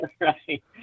right